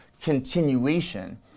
continuation